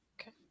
Okay